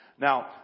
Now